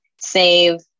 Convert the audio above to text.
save